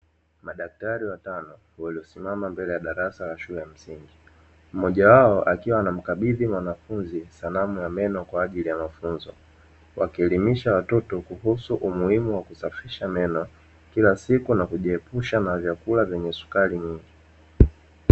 Madaktari watano waliosimama mbele ya darasa la shule ya msingi. Mmoja wao akiwa anamkabidhi mwanafunzi sanamu ya meno kwa ajili ya mafunzo, wakielimisha watoto kuhusu umuhimu wa kusafisha meno kila siku, na kujiepusha na vyakula vyenye sukari nyingi.